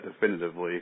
definitively